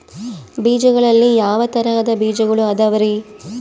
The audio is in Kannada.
ಬೇಜಗಳಲ್ಲಿ ಯಾವ ತರಹದ ಬೇಜಗಳು ಅದವರಿ?